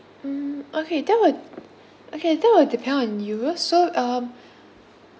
um okay that will okay that will depend on you so um